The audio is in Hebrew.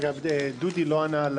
דרך אגב, דודי לא ענה.